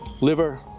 liver